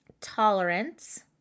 tolerance